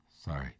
Sorry